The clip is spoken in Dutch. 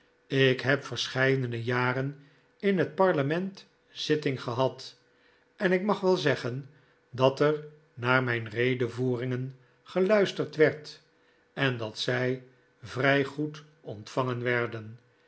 ik heb verscheidene jaren in het parlement zitting gehad en ik mag wel zeggen dat er naar mijn redevoeringen geluisterd werd en dat zij vrij goed ontvangen werden